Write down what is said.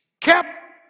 kept